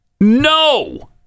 no